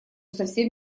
совсем